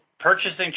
purchasing